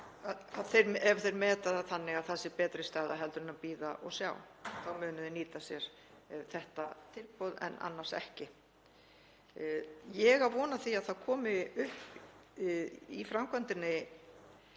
Ef þeir meta það þannig að það sé betri staða en að bíða og sjá þá munu þeir nýta sér þetta tilboð en annars ekki. Ég á von á því að það komi upp í framkvæmdinni